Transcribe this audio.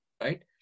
Right